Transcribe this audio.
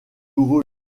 nouveau